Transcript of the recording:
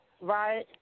right